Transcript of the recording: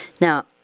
Now